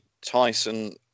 Tyson